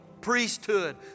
priesthood